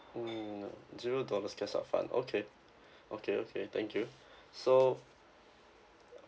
mm zero dollars cash upfront okay okay okay thank you so